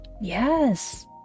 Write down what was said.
Yes